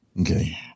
Okay